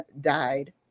died